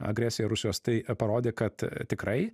agresija rusijos tai parodė kad tikrai